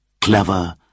clever